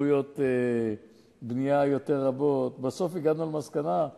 לציבור ובתשקיף לא צוינה העובדה שיש לו קרקעות